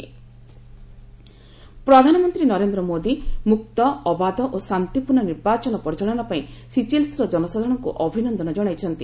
Modi congratulate ପ୍ରଧାନମନ୍ତ୍ରୀ ନରେନ୍ଦ୍ର ମୋଦି ମୁକ୍ତ ଅବାଧ ଓ ଶାନ୍ତିପୂର୍ଣ୍ଣ ନିର୍ବାଚନ ପରିଚାଳନା ପାଇଁ ସିଚେଲ୍ସ୍ର ଜନସାଧାରଣଙ୍କୁ ଅଭିନନ୍ଦନ ଜଣାଇଛନ୍ତି